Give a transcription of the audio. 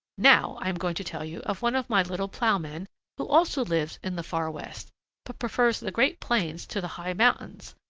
now i am going to tell you of one of my little plowmen who also lives in the far west but prefers the great plains to the high mountains,